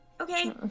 Okay